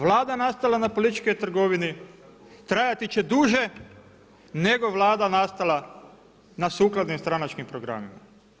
Vlada nastala na političkoj trgovini trajati će duže nego Vlada nastala na sukladnim stranačkim programima“